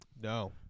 No